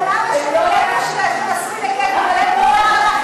אבל מה אשם הגבר שנשוי לאישה,